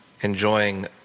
enjoying